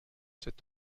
s’est